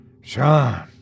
Sean